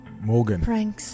Morgan